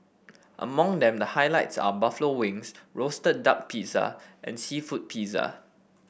among them the highlights are buffalo wings roasted duck pizza and seafood pizza